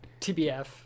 TBF